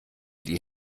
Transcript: die